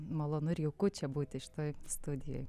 malonu ir jauku čia būti šitoj studijoj